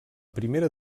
primera